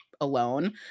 alone